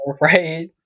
right